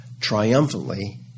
triumphantly